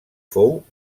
fou